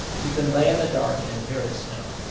you can lay in the dark and hear it snow.